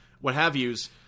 what-have-yous